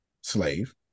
Slave